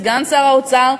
סגן שר האוצר,